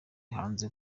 hanze